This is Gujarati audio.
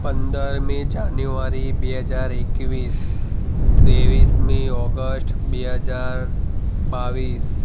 પંદરમી જાન્યુઆરી બે હજાર એકવીસ ત્રેવીસમી ઑગસ્ટ બે હજાર બાવીસ